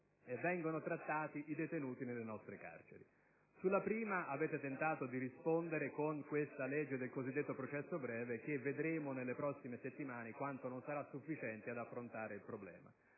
vengono trattati i detenuti nelle nostre carceri. Sulla prima, avete tentato di rispondere con la legge del cosiddetto processo breve, che nelle prossime settimane vedremo quanto non sarà sufficiente ad affrontare il problema;